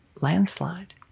landslide